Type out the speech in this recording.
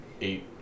eight